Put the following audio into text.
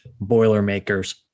Boilermakers